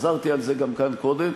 וחזרתי על זה כאן גם קודם,